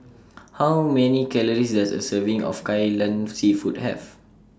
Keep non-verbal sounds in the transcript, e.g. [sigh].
[noise] How Many Calories Does A Serving of Kai Lan Seafood Have